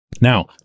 Now